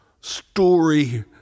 story